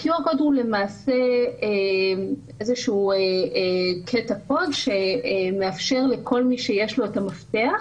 ה-QR CODE הוא למעשה איזשהו קטע קוד מאפשר לכל מי שיש לו את המפתח,